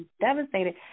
devastated